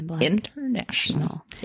International